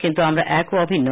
কিন্তু আমরা এক ও অভিন্ন